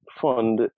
fund